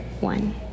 one